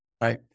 right